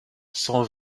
cent